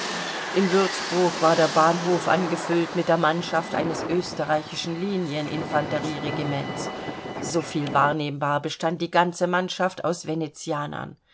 in würzburg war der bahnhof angefüllt mit der mannschaft eines österreichischen linien infanterieregiments so viel wahrnehmbar bestand die ganze mannschaft aus